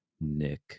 Nick